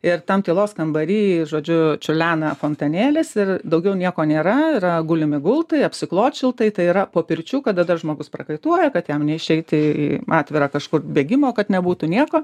ir tam tylos kambary žodžiu čiurlena fontanėlis ir daugiau nieko nėra yra gulimi gultai apsiklot šiltai tai yra po pirčių kada tas žmogus prakaituoja kad jam neišeiti į atvirą kažkur bėgimo kad nebūtų nieko